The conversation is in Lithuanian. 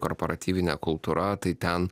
komparatyvinė kultūra tai ten